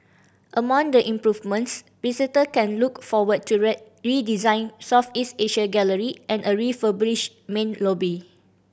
among the improvements visitor can look forward to a redesigned Southeast Asia gallery and a refurbished main lobby